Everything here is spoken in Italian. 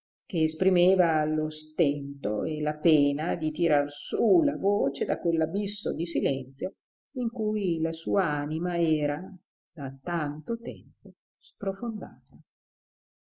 faccia ch'esprimeva lo stento e la pena di tirar su la voce da quell'abisso di silenzio in cui la sua anima era da tanto tempo sprofondata